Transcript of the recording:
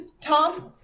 Tom